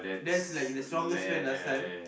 that's like the strongest pen last time